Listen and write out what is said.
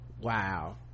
Wow